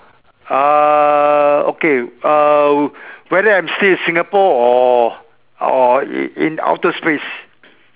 uh okay uh whether I'm still in Singapore or or in in outer space